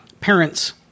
parents